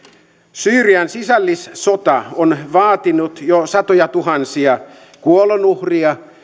syyrian sisällissota on vaatinut jo satojatuhansia kuolonuhreja